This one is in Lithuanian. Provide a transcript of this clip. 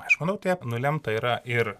aš manau taip nulemta yra ir